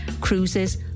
cruises